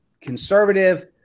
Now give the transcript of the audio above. conservative